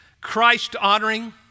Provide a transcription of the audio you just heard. Christ-honoring